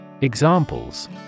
Examples